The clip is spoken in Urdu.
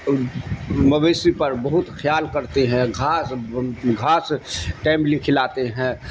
مویثی پر بہت خیال کرتے ہیں گھاس گھاس ٹائملی کھلاتے ہیں